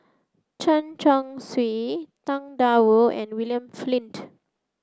Chen Chong Swee Tang Da Wu and William Flint